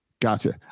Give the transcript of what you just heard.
Gotcha